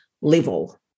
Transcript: level